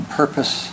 purpose